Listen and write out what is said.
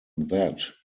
that